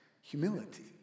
humility